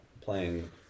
playing